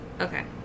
Okay